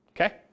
okay